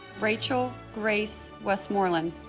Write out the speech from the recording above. rachel grace westmoreland